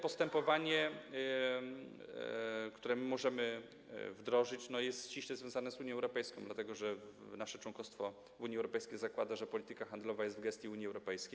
Postępowanie, które my możemy wdrożyć, jest ściśle związane z Unią Europejską, dlatego że nasze członkostwo w Unii Europejskiej zakłada, że polityka handlowa leży w gestii Unii Europejskiej.